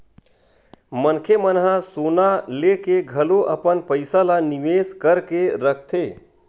मनखे मन ह सोना लेके घलो अपन पइसा ल निवेस करके रखथे